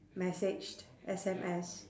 messaged S_M_S